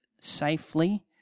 safely